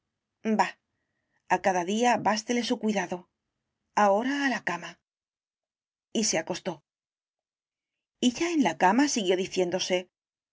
bah a cada día bástele su cuidado ahora a la cama y se acostó y ya en la cama siguió diciéndose